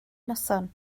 noson